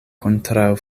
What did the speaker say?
kontraŭ